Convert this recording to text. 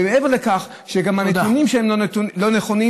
מעבר לכך, גם הנתונים לא נכונים.